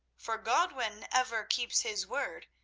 for godwin ever keeps his word,